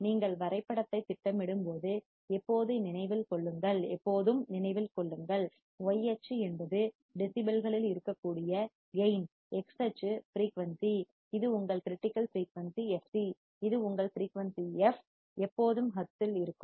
நீங்கள் வரைபடத்தைத் திட்டமிடும்போது எப்போதும் நினைவில் கொள்ளுங்கள் y அச்சு என்பது டெசிபல்களில் இருக்கக்கூடிய கேயின் x அச்சு ஃபிரீயூன்சி இது உங்கள் கிரிட்டிக்கல் ஃபிரீயூன்சி fc இது உங்கள் ஃபிரீயூன்சி f எப்போதும் ஹெர்ட்ஸில் இருக்கும்